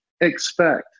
expect